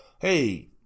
hey